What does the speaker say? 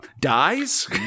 dies